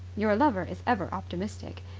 your lover is ever optimistic,